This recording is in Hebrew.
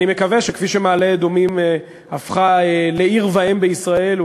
אני מקווה שכפי שמעלה-אדומים הפכה לעיר ואם בישראל,